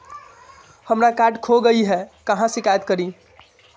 हमरा कार्ड खो गई है, कहाँ शिकायत करी?